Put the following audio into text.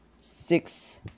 six